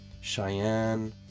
Cheyenne